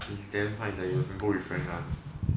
is damn fun sia you go with friends one